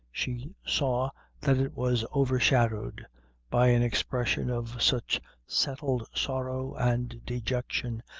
she saw that it was over-shadowed by an expression of such settled sorrow and dejection,